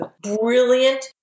Brilliant